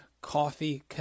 Coffee